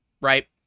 right